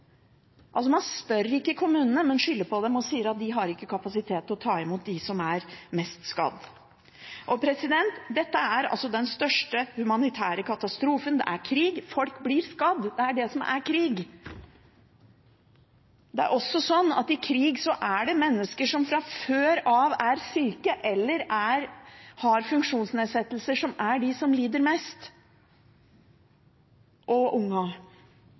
altså ikke kommunene, men skylder på dem og sier at de ikke har kapasitet til å ta imot de som er mest skadet. Dette er altså den største humanitære katastrofen. Det er krig. Folk blir skadd – det er det som er krig. Det er også sånn at i krig så er det mennesker som fra før av er syke eller har funksjonsnedsettelser, som lider mest, og